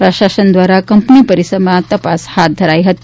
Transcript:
પ્રશાસન ધ્વારા કંપની પરીસરમાં તપાસ હાથ ધરી હતી